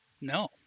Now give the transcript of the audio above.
No